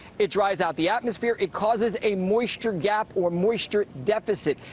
it dries out the atmosphere. it causes a moisture gap, or moisture deficit,